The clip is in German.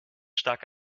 stark